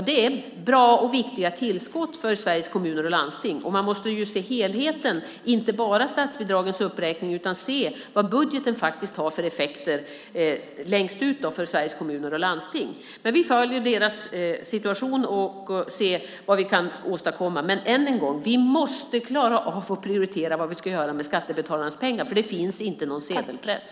Det är bra och viktiga tillskott för Sveriges kommuner och landsting. Man måste se helheten, inte bara statsbidragens uppräkning, utan man måste se vad budgeten faktiskt har för effekter längst ut för Sveriges kommuner och landsting. Vi följer deras situation och ser vad vi kan åstadkomma, men än en gång: Vi måste klara av att prioritera vad vi ska göra med skattebetalarnas pengar, för det finns inte någon sedelpress.